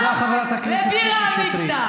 מאיגרא רמא לבירא עמיקתא.